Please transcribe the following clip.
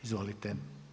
Izvolite.